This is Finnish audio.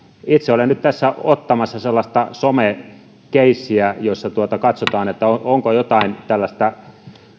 itse olen nyt tässä ottamassa sellaista somekeissiä jossa katsotaan onko jotain tällaista